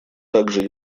также